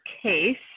case